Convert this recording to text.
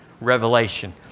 revelation